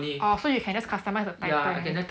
orh you can just customise the typing